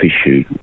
issue